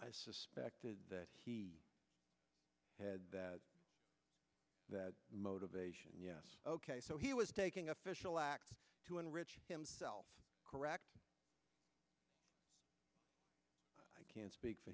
i suspected that he had that motivation yes ok so he was taking official act to enrich himself correct i can't speak for